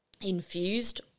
infused